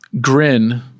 Grin